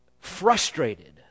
Frustrated